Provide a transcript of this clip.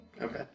Okay